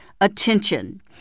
attention